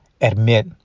admit